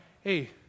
hey